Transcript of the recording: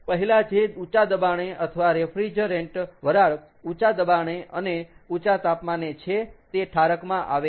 પહેલા જે ઊંચા દબાણે અથવા રેફ્રિજરેન્ટ વરાળ ઊંચા દબાણે અને ઊંચા તાપમાને છે તે ઠારકમાં આવે છે